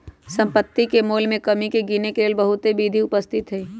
सम्पति के मोल में कमी के गिनेके लेल बहुते विधि उपस्थित हई